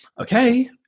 okay